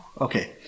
Okay